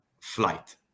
flight